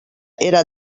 era